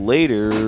Later